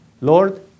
Lord